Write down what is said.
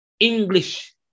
English